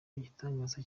igitangaza